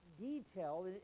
detail